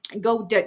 go